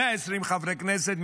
120 חברי כנסת,